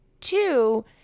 two